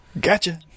Gotcha